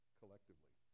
collectively